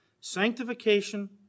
Sanctification